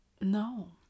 no